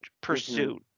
pursuit